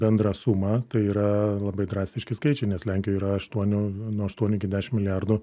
bendrą sumą tai yra labai drastiški skaičiai nes lenkija yra aštuonių nuo aštuonių iki dešim milijardų